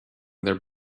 their